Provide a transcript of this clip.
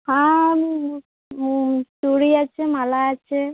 হ্যাঁ আমি চুড়ি আছে মালা আছে